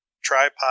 tripod